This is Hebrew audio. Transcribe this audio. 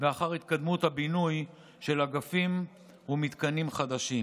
ואחר התקדמות הבינוי של אגפים ומתקנים חדשים.